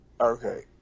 Okay